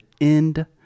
end